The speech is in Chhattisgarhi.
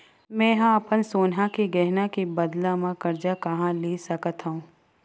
मेंहा अपन सोनहा के गहना के बदला मा कर्जा कहाँ ले सकथव?